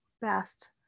best